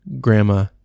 grandma